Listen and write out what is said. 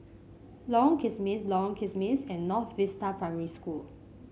Lorong Kismis Lorong Kismis and North Vista Primary School